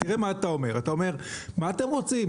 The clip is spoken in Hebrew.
תראה מה אתה אומר מה אתם רוצים?